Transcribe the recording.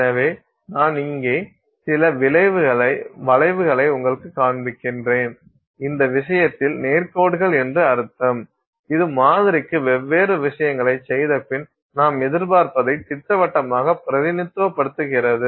எனவே நான் இங்கே சில வளைவுகளை உங்களுக்குக் காண்பிக்கிறேன் இந்த விஷயத்தில் நேர் கோடுகள் என்று அர்த்தம் இது மாதிரிக்கு வெவ்வேறு விஷயங்களைச் செய்தபின் நாம் எதிர்பார்ப்பதை திட்டவட்டமாக பிரதிநிதித்துவப்படுத்துகிறது